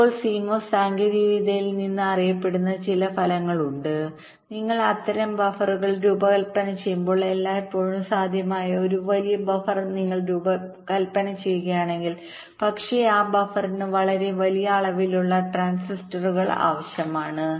ഇപ്പോൾ CMOS സാങ്കേതികവിദ്യയിൽ നിന്ന് അറിയപ്പെടുന്ന ചില ഫലങ്ങൾ ഉണ്ട് നിങ്ങൾ അത്തരം ബഫറുകൾ രൂപകൽപ്പന ചെയ്യുമ്പോൾ എല്ലായ്പ്പോഴും സാധ്യമായ ഒരു വലിയ ബഫർ നിങ്ങൾ രൂപകൽപ്പന ചെയ്യുകയാണെങ്കിൽ പക്ഷേ ആ ബഫറിന് വളരെ വലിയ അളവിലുള്ള ട്രാൻസിസ്റ്ററുകൾആവശ്യമാണ്